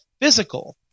physical